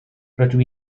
rydw